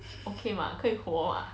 okay 吗可以活吗